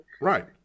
Right